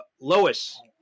Lois